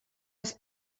was